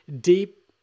deep